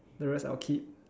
the rest I'll keep